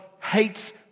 hates